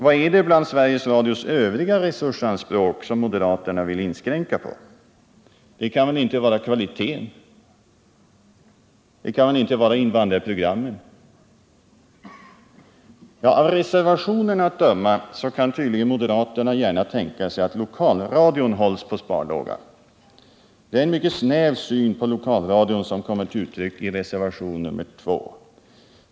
Vad är det bland Sveriges Radios övriga resursanspråk som moderaterna vill inskränka på? Det kan väl inte vara kvaliteten? Det kan väl inte vara invandrarprogrammen? Av reservationerna att döma kan tydligen moderaterna gärna tänka sig att lokalradion hålls på sparlåga. Det är en mycket snäv syn på lokalradion som kommer till uttryck i reservation nr 2.